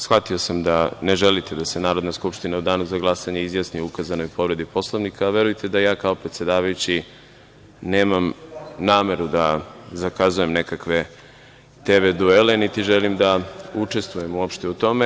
Shvatio sam da ne želite da se Narodna skupština u danu za glasanje izjasni o ukazanoj povredi Poslovnika, a verujte da ja kao predsedavajući nemam nameru da zakazujem nekakve TV duele, niti želim da učestvujem uopšte u tome.